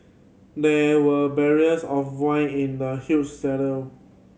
there were barrels of wine in the huge cellar